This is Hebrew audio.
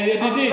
ידידי,